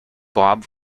bob